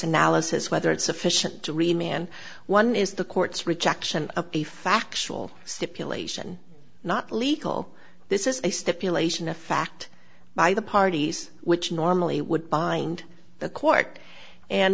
analysis whether it's sufficient to remain one is the court's rejection of a factual stipulation not legal this is a stipulation of fact by the parties which normally would bind the court and